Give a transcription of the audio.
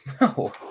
no